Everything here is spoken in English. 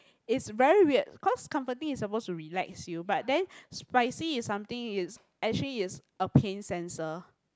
is very weird cause comforting is suppose to relax you but then spicy is something it's actually it's a pain sensor